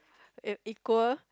it equal